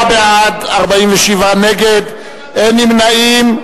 29 בעד, 47 נגד, אין נמנעים.